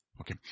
Okay